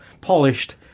polished